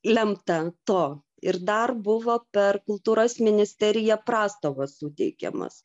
lemta to ir dar buvo per kultūros ministeriją prastovos suteikiamos